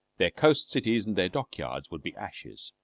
their coast cities and their dock-yards would be ashes.